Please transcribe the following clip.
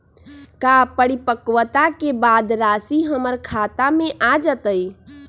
का परिपक्वता के बाद राशि हमर खाता में आ जतई?